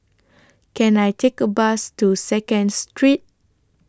Can I Take A Bus to Second Street